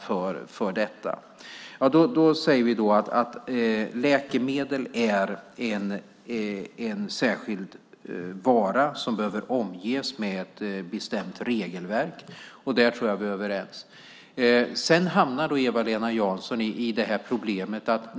Vi säger att läkemedel är en särskild vara som behöver omges med ett bestämt regelverk. Där tror jag att vi är överens. Sedan hamnar Eva-Lena Jansson i problem.